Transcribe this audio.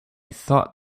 thought